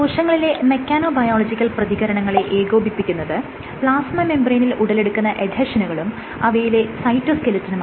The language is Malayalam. കോശങ്ങളിലെ മെക്കാനോബയോളജിക്കൽ പ്രതികരണങ്ങളെ ഏകോപിപ്പിക്കുന്നത് പ്ലാസ്മ മെംബ്രേയ്നിൽ ഉടലെടുക്കുന്ന എഡ്ഹെഷനുകളും അവയിലെ സൈറ്റോസ്കെലിറ്റനുമാണ്